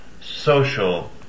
social